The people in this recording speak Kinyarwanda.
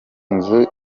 nzu